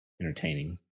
entertaining